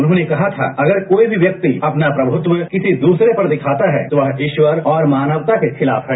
उन्होंने कहा था अगर कोई भी व्यक्ति अपना प्रभुत्व किसी दूसरे पर दिखाता है तो वह ईश्वर और मानवता के खिलाफ है